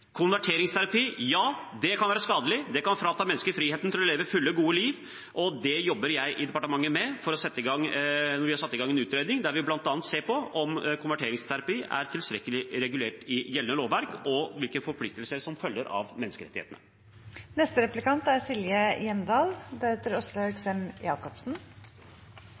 Konverteringsterapi – ja, det kan være skadelig. Det kan frata mennesker friheten til å leve et fullt og godt liv, og det jobber jeg med i departementet. Vi har satt i gang en utredning der vi bl.a. ser på om konverteringsterapi er tilstrekkelig regulert i gjeldende lovverk, og hvilke forpliktelser som følger av